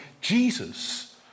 Jesus